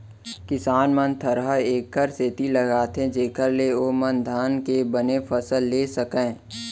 किसान मन थरहा एकर सेती लगाथें जेकर ले ओमन धान के बने फसल लेय सकयँ